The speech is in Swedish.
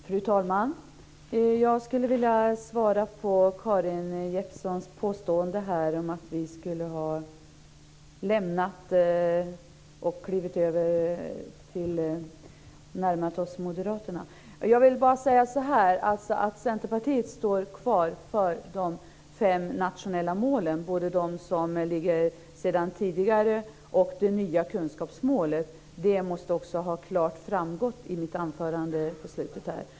Fru talman! Jag skulle vilja svara på Karin Jeppssons påstående att vi skulle ha närmat oss Moderaterna. Centerpartiet står kvar vid de fem nationella målen, både de som ligger sedan tidigare och de nya kunskapsmålen. Det måste också klart ha framgått i slutet av mitt anförande.